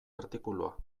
artikulua